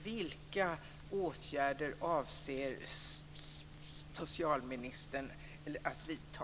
Vilka åtgärder avser socialministern att vidta?